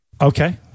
Okay